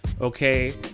okay